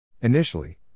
Initially